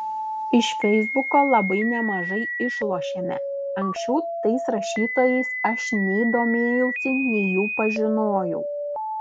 iš feisbuko labai nemažai išlošėme anksčiau tais rašytojais aš nei domėjausi nei jų pažinojau